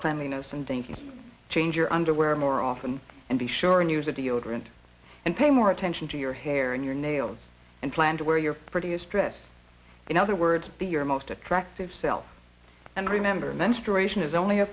cleanliness and thinking to change your underwear more often be sure and use a deodorant and pay more attention to your hair and your nails and plan to wear your prettiest dress in other words be your most attractive self and remember